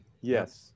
Yes